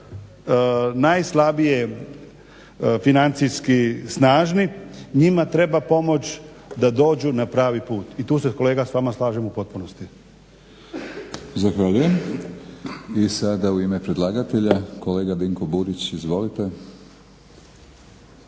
najslabije financijski snažni njima treba pomoć da dođu na pravi put i tu se kolega slažem u potpunosti. **Batinić, Milorad (HNS)** Zahvaljujem. I sada u ime predlagatelja kolega Dinko Burić. Izvolite.